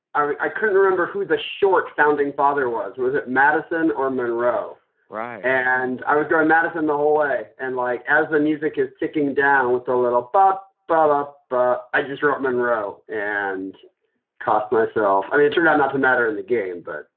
i i couldn't remember who the short founding father was with madison or monroe right. and i was going madison the whole way. and like as the music is ticking down with the red bob barr. ah but i just wrote monroe and cost myself. and it turned out not to matter in the game, but,